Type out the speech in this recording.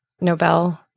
Nobel